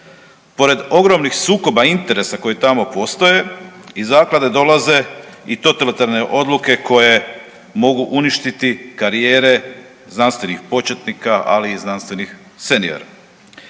Pored ogromnih sukoba interesa koji tamo postoje iz zaklade dolaze i totalitarne odluke koje mogu uništiti karijere znanstvenih početnika ali i znanstvenih seniora.